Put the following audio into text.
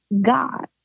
God